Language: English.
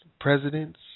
presidents